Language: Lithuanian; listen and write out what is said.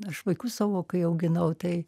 aš vaikus savo kai auginau tai